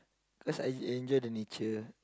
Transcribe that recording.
cause I enjoy the nature